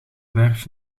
werf